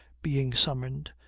being summoned,